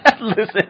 listen